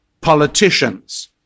politicians